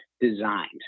designed